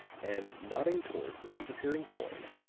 and nodding toward the disappearing form,